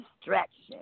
distraction